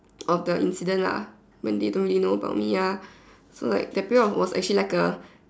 of the incident lah when they don't really know about me ya so like that period was actually like A